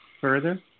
further